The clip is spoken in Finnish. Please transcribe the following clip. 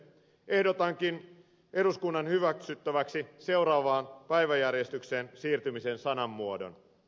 ehdotankin eduskunnan hyväksyttäväksi seuraavan päiväjärjestykseen siirtymisen sanamuodon